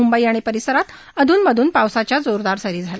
मुंबई आणि परिसरात अधून मधून पावसाच्या जोरदार सरी पडल्या